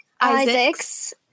Isaacs